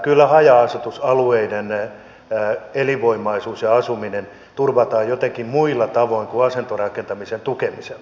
kyllä haja asutusalueiden elinvoimaisuus ja asuminen turvataan jotenkin muilla tavoin kuin asuntorakentamisen tukemisella